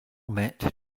met